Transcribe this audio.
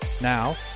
Now